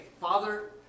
Father